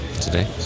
today